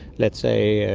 let's say,